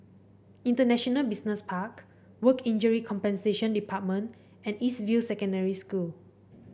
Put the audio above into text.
International Business Park Work Injury Compensation Department and East View Secondary School